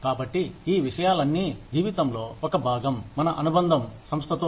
కాబట్టి ఈ విషయాలన్నీజీవితంలో ఒక భాగం మన అనుబంధం సంస్థతో